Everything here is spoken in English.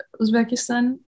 Uzbekistan